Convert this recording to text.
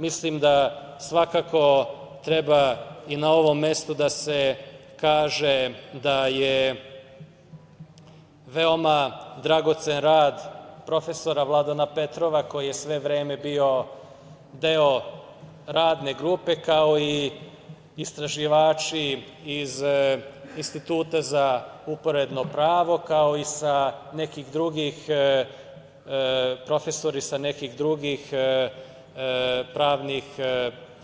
Mislim da svakako treba i na ovom mestu da se kaže da je veoma dragocen rad profesora Vladana Petrova, koji je sve vreme bio deo Radne grupe, kao i istraživači iz Instituta za uporedno pravo, kao i profesori sa nekih drugih pravnih